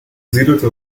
siedelte